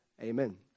Amen